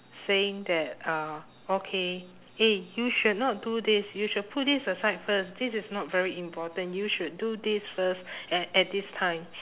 saying that uh okay eh you should not do this you should put this aside first this is not very important you should do this first at at this time